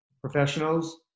professionals